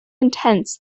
intense